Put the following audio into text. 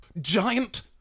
giant